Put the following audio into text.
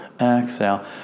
exhale